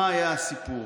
מה היה הסיפור: